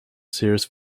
serious